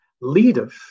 leaders